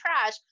trash